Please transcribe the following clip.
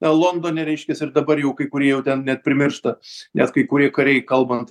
londone reiškias ir dabar jau kai kurie jau ten net primiršta nes kai kurie kariai kalbant